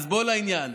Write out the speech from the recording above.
אז לעניין,